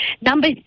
Number